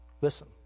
Listen